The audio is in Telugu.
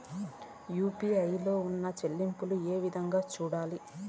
యు.పి.ఐ లో ఉన్న చెల్లింపులు ఏ విధంగా సూడాలి